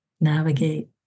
navigate